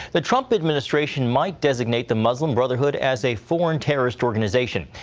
the trump administration might designate the muslim brotherhood as a foreign terrorist organization.